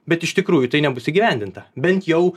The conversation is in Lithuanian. bet iš tikrųjų tai nebus įgyvendinta bent jau